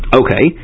okay